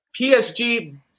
PSG